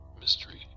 mystery